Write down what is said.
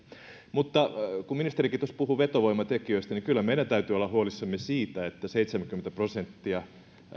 mutta kun ministerikin tuossa puhui vetovoimatekijöistä niin kyllä meidän täytyy olla huolissamme siitä että seitsemänkymmentä prosenttia